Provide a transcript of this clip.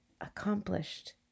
accomplished